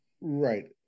Right